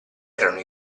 erano